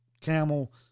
camel